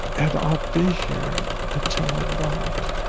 and i'll be here until i'm not.